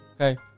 Okay